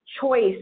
choice